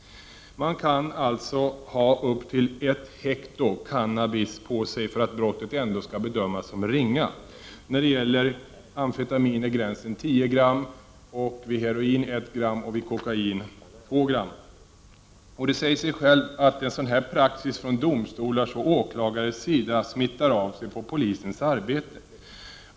Man kan alltså ha upp till I hekto cannabis på sig för att brottet ändå skall bedömas som ringa. När det gäller amfetamin går gränsen vid 10 gram. För heroin är det 1 gram som gäller och beträffande kokain 2 gram. Det säger sig självt att en sådan här praxis från domstolars och åklagares sida smittar av sig på polisens arbete.